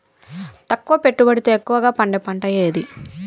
తక్కువ పెట్టుబడితో ఎక్కువగా పండే పంట ఏది?